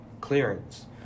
clearance